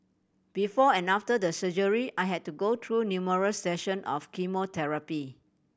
before and after the surgery I had to go through numerous session of chemotherapy